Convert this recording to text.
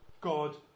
god